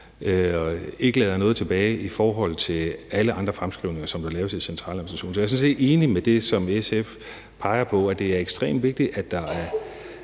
ikke lader noget tilbage i forhold til alle andre fremskrivninger, som jo laves af centraladministrationen. Så jeg er sådan set enig i det, som SF peger på, altså at det er ekstremt vigtigt, at de